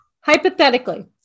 hypothetically